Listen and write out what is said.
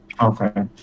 Okay